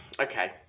okay